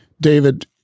David